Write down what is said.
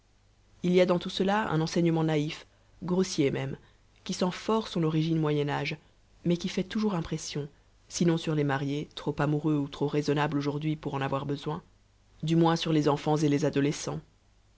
il y a dans tout cela un enseignement naïf grossier même qui sent fort son origine moyen âge mais qui fait toujours impression sinon sur les mariés trop amoureux ou trop raisonnables aujourd'hui pour en avoir besoin du moins sur les enfants et les adolescents